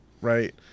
right